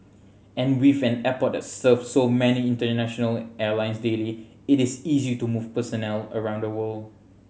and with an airport that serves so many international airlines daily it is easy to move personnel around the world